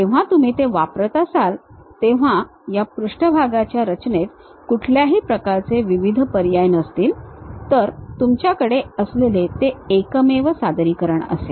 जेव्हा तुम्ही ते वापरत असाल तेव्हा त्या पृष्ठभागाच्या रचनेत कुठल्याही प्रकारचे विविध पर्याय नसतील तर तुमच्याकडे असलेले ते एकमेव सादरीकरण असेल